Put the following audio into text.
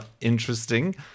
Interesting